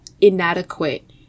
inadequate